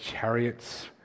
chariots